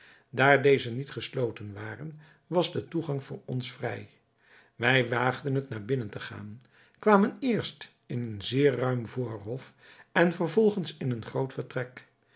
daar deze niet gesloten waren was de toegang voor ons vrij wij waagden het naar binnen te gaan kwamen eerst in een zeer ruim voorhof en vervolgens in een groot vertrek